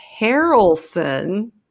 Harrelson